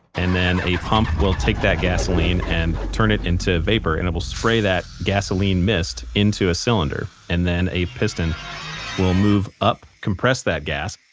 and then a pump will take that gasoline and turn it into vapor and it will spray that gasoline mist into a cylinder. and then a piston will move up, compress that gas,